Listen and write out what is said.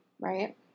right